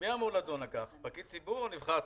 מי אמור לדון על כך, פקיד ציבור או נבחר ציבור,